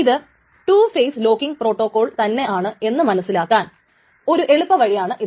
ഇത് 2 phase locking protocol തന്നെയാണ് എന്ന മനസ്സിലാക്കാൻ ഒരു എളുപ്പ വഴിയാണ് ഇത്